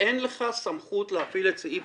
אין לך סמכות להפעיל את סעיף